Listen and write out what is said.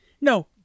No